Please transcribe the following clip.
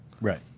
Right